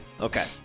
Okay